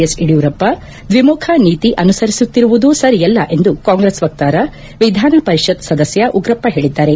S Yeddyurappa ದ್ವಿಮುಖ ನೀತಿ ಅನುಸರಿಸುತ್ತಿರುವುದು ಸರಿಯಲ್ಲ ಎಂದು ಕಾಂಗ್ರೆಸ್ ವಕ್ತಾರ ವಿಧಾನ ಪರಿಷತ್ ಸದಸ್ಯ ಉಗ್ರಪ್ಪ ಹೇಳಿದ್ದಾರೆ